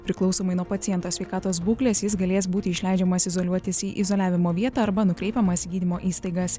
priklausomai nuo paciento sveikatos būklės jis galės būti išleidžiamas izoliuotis į izoliavimo vietą arba nukreipiamas į gydymo įstaigas